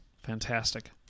Fantastic